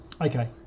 Okay